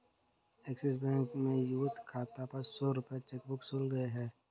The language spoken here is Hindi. एक्सिस बैंक में यूथ खाता पर सौ रूपये चेकबुक शुल्क देय है